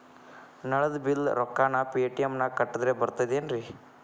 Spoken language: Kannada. ನಳದ್ ಬಿಲ್ ರೊಕ್ಕನಾ ಪೇಟಿಎಂ ನಾಗ ಕಟ್ಟದ್ರೆ ಬರ್ತಾದೇನ್ರಿ?